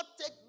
take